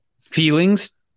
Feelings